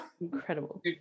Incredible